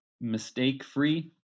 mistake-free